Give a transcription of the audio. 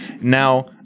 Now